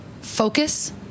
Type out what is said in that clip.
focus